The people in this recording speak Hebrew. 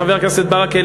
חבר הכנסת ברכה,